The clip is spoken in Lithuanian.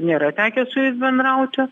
nėra tekę su jais bendrauti